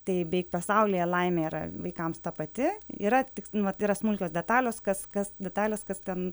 tai beik pasaulyje laimė yra vaikams ta pati yra tik nu vat yra smulkios detalios kas kas detalės kas ten